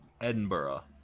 Edinburgh